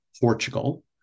Portugal